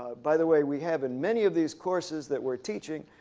by the way, we have in many of these courses that we're teaching,